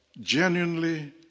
genuinely